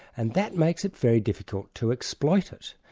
and that makes it very difficult to exploit it.